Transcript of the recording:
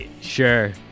Sure